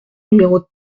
numéro